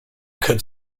could